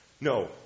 No